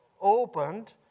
Opened